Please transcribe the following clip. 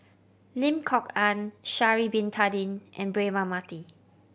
Lim Kok Ann Sha'ari Bin Tadin and Braema Mathi